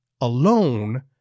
alone